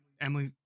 Emily